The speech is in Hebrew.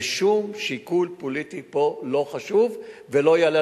ושום שיקול פוליטי פה לא חשוב ולא יעלה